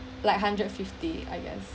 like hundred fifty I guess